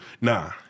Nah